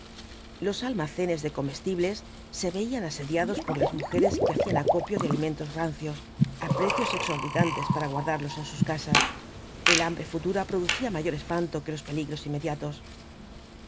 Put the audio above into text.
los almacenes de comestibles se veían asediados por las mujeres que hacían acopio de alimentos rancios á precios exorbitantes para guardarlos en sus rasas el hambre futura producía mayor espanto que los peligros inmediatos